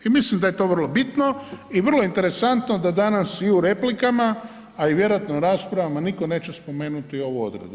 I mislim da je to vrlo bitno i vrlo interesantno da danas i u replikama a i vjerojatno u raspravama nitko neće spomenuti ovu odredbu.